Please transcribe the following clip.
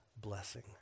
blessing